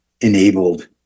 enabled